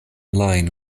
line